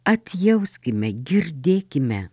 atjauskime girdėkime